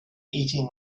eating